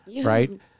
right